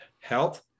health